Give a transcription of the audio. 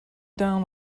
down